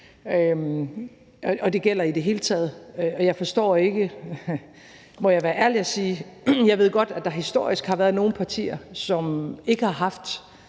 og det gælder i det hele taget. Jeg forstår det ikke, må jeg være ærlig at sige, men jeg ved godt, at der historisk har været nogle partier, som ikke har taget